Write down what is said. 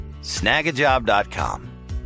Snagajob.com